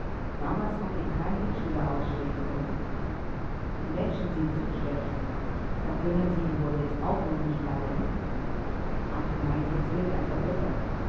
damals hat ihn kein mitschüler ausstehen können die menschen sind zu schlecht da können sie ihn wohl jetzt auch noch nicht leiden ach nein jetzt wird er vergöttert